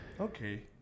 Okay